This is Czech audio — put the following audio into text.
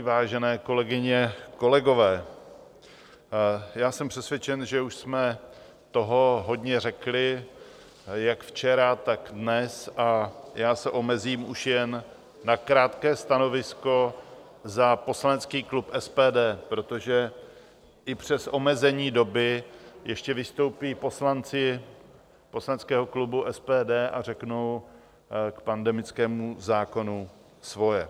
Vážené kolegyně, kolegové, já jsem přesvědčen, že už jsme toho hodně řekli jak včera, tak dnes, a já se omezím už jen na krátké stanovisko za poslanecký klub SPD, protože i přes omezení doby ještě vystoupí poslanci poslaneckého klubu SPD a řeknou k pandemickému zákonu svoje.